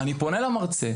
אני פונה למרצה.